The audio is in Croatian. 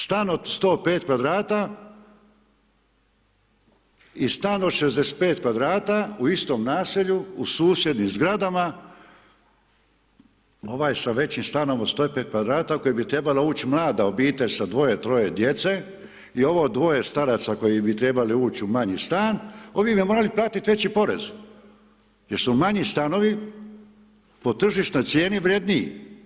Stan od 105 kvadrata i stan od 65 kvadrata u istom naselju u susjednim zgradama, ovaj sa većim stanom od 105 kvadrata, u koje bi trebala ući mlada obitelj sa 2-3 djece i ovo 2 staraca koje bi trebali ući u manji stan, ovi bi morali platiti veći porez, jer su manji stanovi, po tržišnoj cijeni vrjedniji.